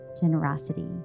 generosity